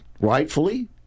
rightfully